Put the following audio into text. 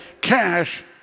cash